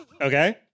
okay